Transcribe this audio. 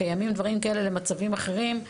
קיימים דברים כאלה למצבים אחרים,